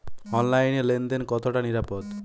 অনলাইনে লেন দেন কতটা নিরাপদ?